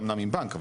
אמנם מבנק,